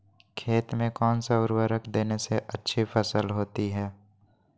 खेत में कौन सा उर्वरक देने से अच्छी फसल होती है?